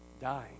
dying